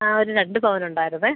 ആ ഒരു രണ്ട് പവനുണ്ടായിരുന്നു